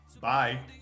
Bye